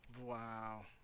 Wow